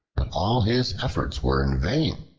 but all his efforts were in vain.